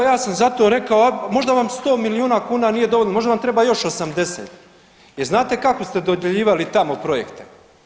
Pa evo, ja sam za to rekao, možda vam 100 milijuna kuna nije dovoljno, možda vam treba još 80 jer znate kako ste dodjeljivali tamo projekte?